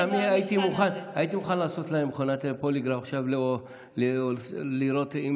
תאמיני לי שהייתי מוכן לעשות להם מכונת פוליגרף לראות אם